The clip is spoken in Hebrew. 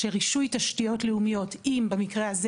שרישוי תשתיות לאומיות אם במקרה הזה